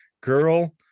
girl